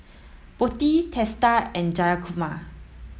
Potti Teesta and Jayakumar